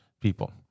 People